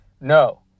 no